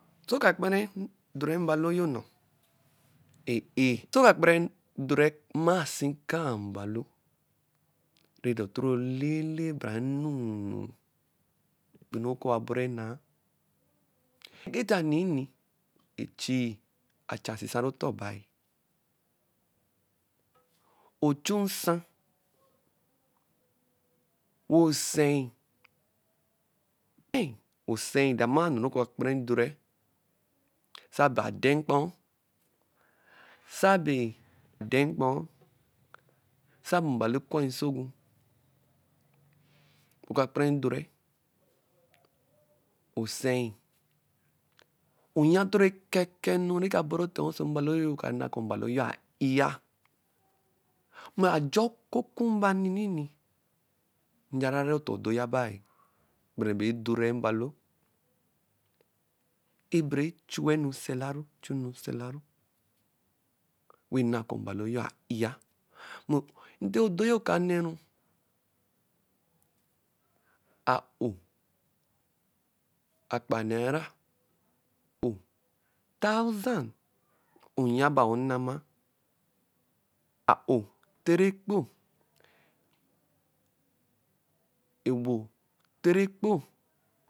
Sɔ ɔka kpara efore mbalo yo nnɔ e-e? Sɔ ɔka kpara edorɛ mmasi akaa mbalo, nɛdɔ toro le-le bara nu-nu enu rɛ kɛ owa bɔra enaa egeta nninii e-chii acha sesaru ɔtõõ bai. Ochu nsa wa wɛ ose-i, ose-i damɔɔ enu neke akpara dorɛ-ɛ sa-abe ade-mkpo, za-aabe ade-mkpo, sa-abe mbalo okwui nsogu, nɛkɛ aka kpara dorɛ, ose-i, o-ya etoro eka eka enu neka aburu etoɛ oso mbalo yo kɔ ana kɔ mbalo yo a i-a. Mɛ ajɔ oku okumba ninini njerari ɔtɔ̣ odo yaba-e gbare bɛ edorɛ mbalo bara bɛ echu-e enu sɔlaru chu-enu sclaru, wɛ na kɔ mbalo yo a-ia. Mɛ ntɔ odo yo kaneru a-o askpa naira, a-o thousand, a’o oya ba a-o ena. a, a-o ete rɛ-kpo, ewo ete rɛ-kpo.